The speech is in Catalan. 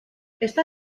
està